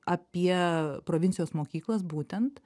apie provincijos mokyklas būtent